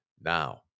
Now